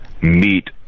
meet